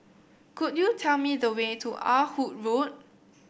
could you tell me the way to Ah Hood Road